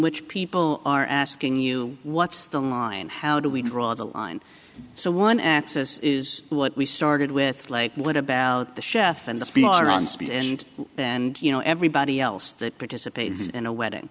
which people are asking you what's the line how do we draw the line so one axis is what we started with like what about the chef and the speaker on speed and then you know everybody else that participates in a wedding